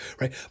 right